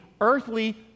earthly